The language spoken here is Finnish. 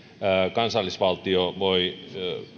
kansallisvaltio voi